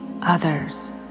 others